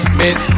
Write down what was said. miss